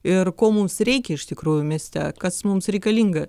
ir ko mums reikia iš tikrųjų mieste kas mums reikalinga